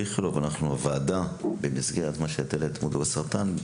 הוועדה, במסגרת המודעות לסרטן,